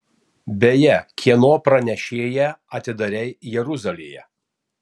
beje kieno pranešėją atidarei jeruzalėje